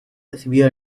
recibió